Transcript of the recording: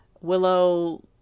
Willow